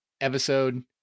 episode